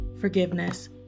forgiveness